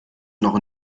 noch